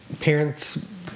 parents